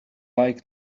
like